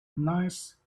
nice